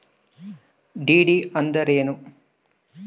DD ಅಂದ್ರೇನು?